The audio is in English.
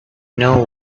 know